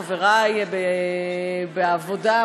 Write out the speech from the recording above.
חברי בעבודה,